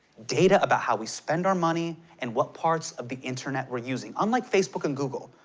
data about how we spend our money and what parts of the internet we're using. unlike facebook and google,